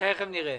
תיכף נראה.